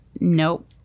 Nope